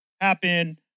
happen